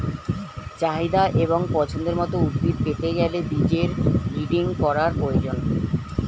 চাহিদা এবং পছন্দের মত উদ্ভিদ পেতে গেলে বীজের ব্রিডিং করার প্রয়োজন